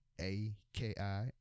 A-K-I